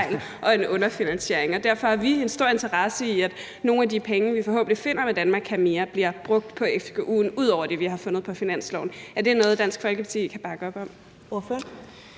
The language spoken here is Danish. derfor har vi stor interesse i, at nogle af de penge, vi forhåbentlig finder med »Danmark kan mere I«, bliver brugt på fgu'en ud over det, vi har fundet på finansloven. Er det noget, Dansk Folkeparti kan bakke op om?